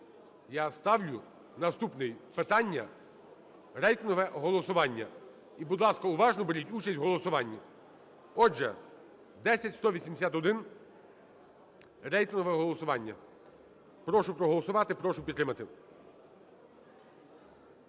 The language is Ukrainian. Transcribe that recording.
Я ставлю наступне питання – рейтингове голосування. І, будь ласка, уважно беріть участь в голосуванні. Отже, 10181, рейтингове голосування. Прошу проголосувати, прошу підтримати.